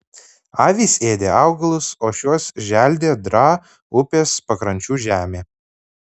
avys ėdė augalus o šiuos želdė draa upės pakrančių žemė